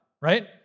right